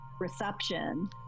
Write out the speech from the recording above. reception